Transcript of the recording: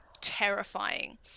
terrifying